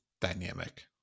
dynamic